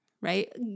right